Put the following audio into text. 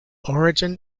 origin